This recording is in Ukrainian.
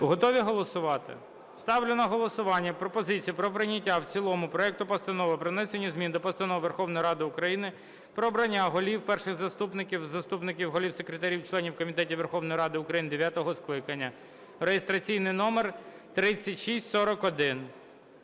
Готові голосувати? Ставлю на голосування пропозицію про прийняття в цілому проекту Постанови про внесення змін до Постанови Верховної Ради України "Про обрання голів, перших заступників, заступників голів, секретарів, членів комітетів Верховної Ради України дев’ятого скликання" (реєстраційний номер 3641).